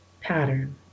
pattern